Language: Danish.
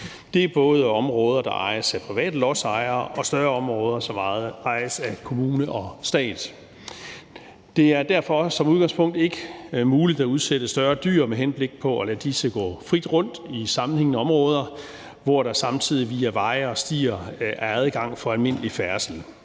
Det er både områder, der ejes af private lodsejere, og større områder, som ejes af kommuner og stat. Det er derfor også som udgangspunkt ikke muligt at udsætte større dyr med henblik på at lade disse gå frit rundt i sammenhængende områder, hvor der samtidig via veje og stier er adgang for almindelig færdsel